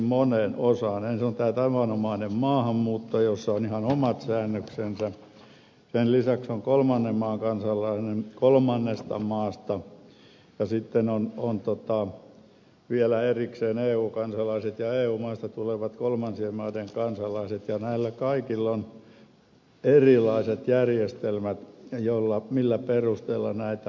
ensin on tämä tavanomainen maahanmuutto jossa on ihan omat säännöksensä sen lisäksi on kolmannen maan kansalainen kolmannesta maasta ja sitten on vielä erikseen eu kansalaiset ja eu maista tulevat kolmansien maiden kansalaiset ja näillä kaikilla on erilaiset järjestelmät millä perusteilla näitä maksetaan